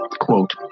Quote